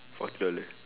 forty dollar